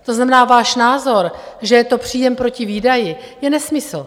To znamená, váš názor, že je to příjem proti výdaji, je nesmysl.